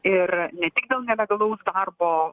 ir ne tik dėl nelegalaus darbo